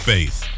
Faith